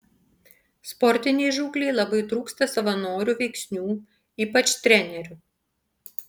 sportinei žūklei labai trūksta savanorių veiksnių ypač trenerių